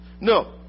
No